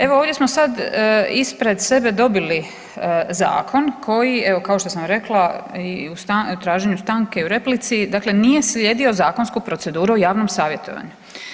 Evo ovdje smo sad ispred sebe dobili zakon koji evo kao što sam rekla i u traženju stanke i u replici, dakle nije slijedio zakonsku proceduru o javnom savjetovanju.